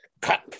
cut